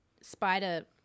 spider